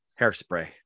Hairspray